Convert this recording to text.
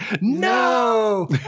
no